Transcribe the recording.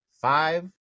five